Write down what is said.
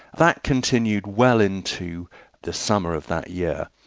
that continued well into the summer of that year,